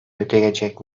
ödeyecek